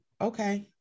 okay